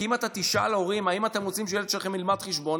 כי אם אתה תשאל הורים: האם אתם רוצים שהילד שלכם ילמד חשבון,